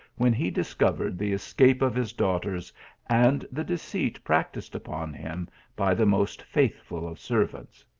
when he discovered the escape of his daughters and. the deceit practised upon him by the most faithful of servants.